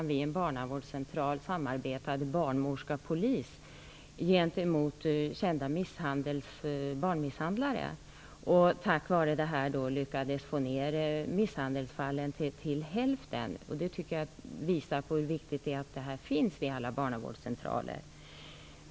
Vid en barnavårdscentral samarbetade där barnmorska och polis gentemot kända barnmisshandlare och lyckades tack vare det få ned antalet misshandelsfall till hälften. Det tycker jag visar på hur viktigt det är att detta finns vid alla barnavårdscentraler.